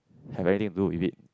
have anything to do with it